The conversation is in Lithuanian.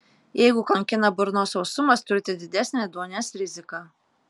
jeigu kankina burnos sausumas turite didesnę ėduonies riziką